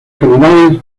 generales